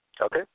Okay